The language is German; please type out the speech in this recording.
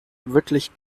wirklich